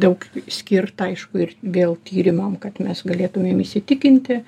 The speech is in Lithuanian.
daug skirta aišku ir vėl tyrimam kad mes galėtumėm įsitikinti